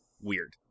weird